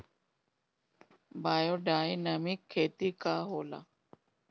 Biodynamic खेती का होला?